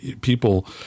people